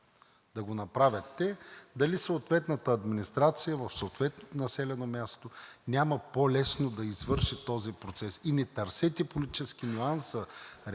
да го направят те, дали съответната администрация в съответното населено място няма по-лесно да извърши този процес? И не търсете политически нюанси,